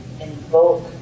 invoke